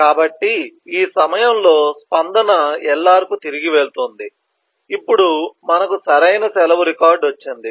కాబట్టి ఈ సమయంలో స్పందన LR కు తిరిగి వెళుతుంది ఇప్పుడు మనకు సరైన సెలవు రికార్డు వచ్చింది